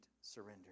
surrender